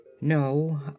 No